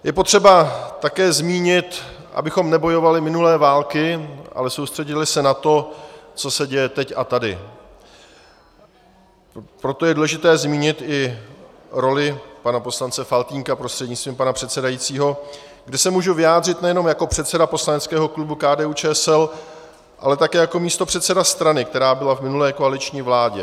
Je potřeba také zmínit, abychom nebojovali minulé války, ale soustředili se na to, co se děje teď a tady, proto je důležité zmínit i roli pana poslance Faltýnka prostřednictvím pana předsedajícího, kdy se mohu vyjádřit nejenom jako předseda poslaneckého klubu KDUČSL, ale také jako místopředseda strany, která byla v minulé koaliční vládě.